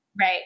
Right